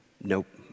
nope